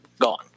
Gone